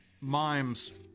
mimes